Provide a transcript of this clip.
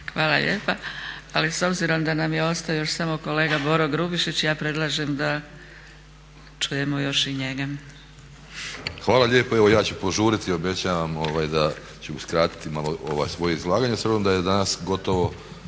Hvala lijepa. Ali s obzirom da nam je ostao još samo kolega Boro Grubišić, ja predlažem da čujemo još i njega. **Grubišić, Boro (HDSSB)** Hvala lijepa evo ja ću požuriti, obećavam da ću skratiti malo ovo svoje izlaganje s obzirom da je danas gotovo